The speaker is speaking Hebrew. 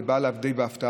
זה בא אליו די בהפתעה,